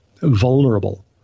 vulnerable